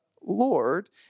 Lord